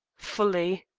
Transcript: fully.